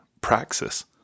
praxis